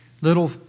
little